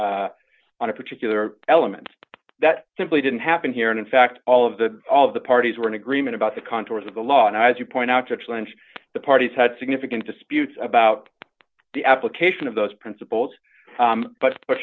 on a particular element that simply didn't happen here and in fact all of the all of the parties were in agreement about the contours of the law and as you point out to challenge the parties had significant disputes about the application of those principles but